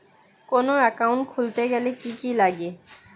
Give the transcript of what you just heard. কোন একাউন্ট খুলতে গেলে কি কি লাগে?